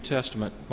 Testament